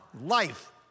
life